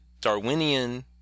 Darwinian